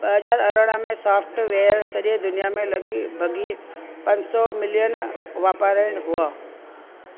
ॿ हजार अरिड़हं में सॉफ्टवेयर सॼे दुनिया में लगभॻि पंज सौ मिलियन वापारण हुआ